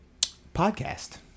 Podcast